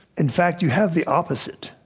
in fact, you have the opposite.